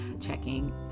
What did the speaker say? checking